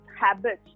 habits